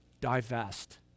Divest